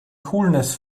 coolness